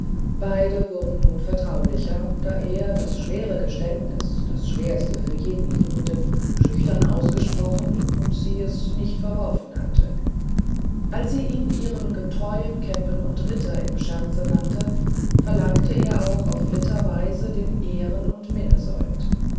beide wurden nun vertraulicher da er das schwere geständnis das schwerste für jeden liebenden schüchtern ausgesprochen und sie es nicht verworfen hatte als sie ihn ihren vielgetreuen kämpen und ritter im scherze nannte verlangte er auch auf ritterweise den ehren und minnesold